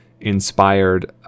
inspired